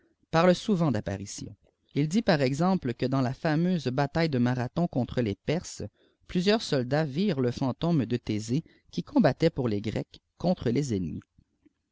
parlé sotneiit d'apparitions il dit par exanple que iuis k fameie bataille de marathon contre les perses plusieurs soldats virent k fantôme de thésée qui combattait pour les grecs ccmtte les ennemis